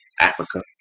Africa